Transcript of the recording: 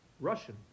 Russian